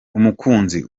umukunzi